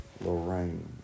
Lorraine